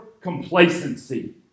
complacency